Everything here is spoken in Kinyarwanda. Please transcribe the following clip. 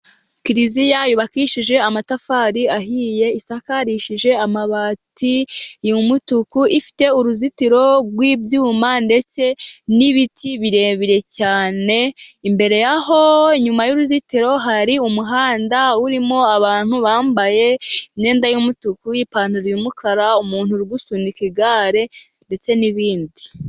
Kiliziya yubakishije amatafari ahiye, isakarishije amabati yumutuku, ifite uruzitiro rw'ibyuma ndetse n'ibiti birebire cyane. Imbere yaho inyuma y'uruzitiro hari umuhanda urimo abantu bambaye imyenda y'umutuku n'ipantaro y'umukara, umuntu uri gusunika igare ndetse n'ibindi